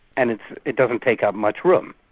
and it doesn't take up much room.